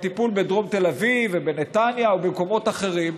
בטיפול בדרום תל אביב ובנתניה ובמקומות אחרים.